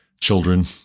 children